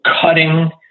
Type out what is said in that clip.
cutting